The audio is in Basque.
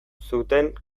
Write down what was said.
zuten